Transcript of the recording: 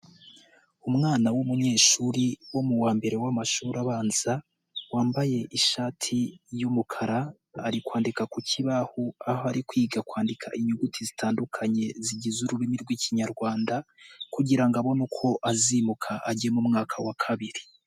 Umwana w'umunyeshuri wo mu wa mbere w'amashuri abanza wambaye ishati y'umukara ari kwandika ku kibaho ari kwiga kwandika inyuguti zitandukanye zigize ururimi rw'ikinyarwanda, kugira abone uko azimuka ajye mu mwaka wa kabiri.